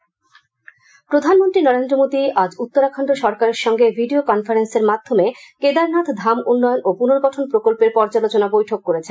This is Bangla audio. প্রধানমন্ত্রী প্রধানমন্ত্রী নরেন্দ্র মোদী আজ উত্তরাখন্ড সরকারের সঙ্গে ভিডিও কনফারেন্সের মাধ্যমে কেদারনাথ ধাম উন্নয়ন ও পুনর্গঠন প্রকল্পের পর্যালোচনা বৈঠক করেছেন